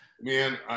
man